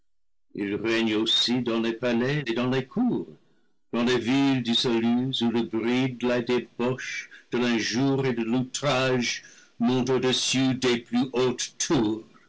il règne aussi dans les palais et dans les cours dans les villes dissolues où le bruit de la débauche de l'injure et de l'outrage monte au-dessus des plus hautes tours